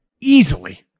easily